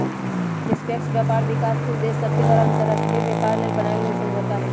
निष्पक्ष व्यापार विकासशील देश सभके द्वारा अंतर्राष्ट्रीय व्यापार लेल बनायल गेल समझौता हइ